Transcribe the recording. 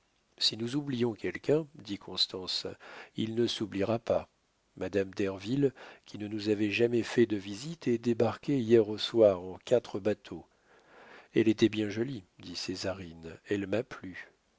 si nous oublions quelqu'un dit constance il ne s'oubliera pas madame derville qui ne nous avait jamais fait de visite est débarquée hier au soir en quatre bateaux elle était bien jolie dit césarine elle m'a plu